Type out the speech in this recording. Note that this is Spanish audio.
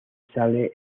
sale